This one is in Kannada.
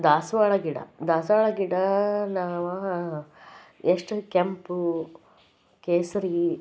ದಾಸವಾಳ ಗಿಡ ದಾಸವಾಳ ಗಿಡ ನಾ ಹ ಎಷ್ಟು ಕೆಂಪು ಕೇಸರಿ